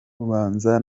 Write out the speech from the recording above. ubanza